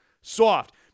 soft